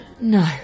No